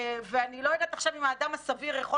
ואני לא יודעת עכשיו אם האדם הסביר יכול